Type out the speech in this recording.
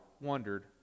wondered